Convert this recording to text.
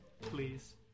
please